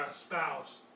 spouse